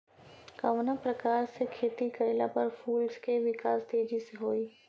कवना प्रकार से खेती कइला पर फूल के विकास तेजी से होयी?